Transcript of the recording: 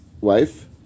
wife